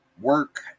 work